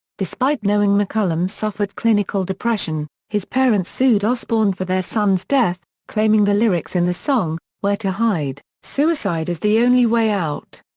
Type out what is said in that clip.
despite knowing mccollum suffered clinical depression, his parents sued osbourne for their son's death, claiming the lyrics in the song, where to hide, suicide is the only way out.